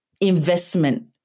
investment